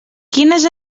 quines